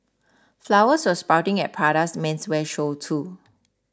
flowers were sprouting at Prada's menswear show too